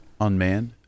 Unmanned